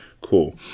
Cool